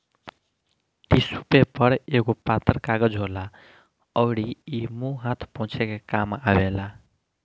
tissue paper एगो पातर कागज होला अउरी इ मुंह हाथ पोछे के काम आवेला